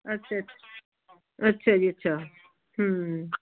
ਅੱਛਾ ਅੱਛਾ ਅੱਛਾ ਜੀ ਅੱਛਾ